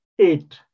eight